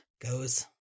goes